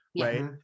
Right